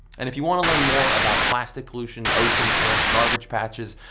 and if you want to learn more about plastic pollution, ocean currents, garbage patches,